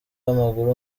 w’amaguru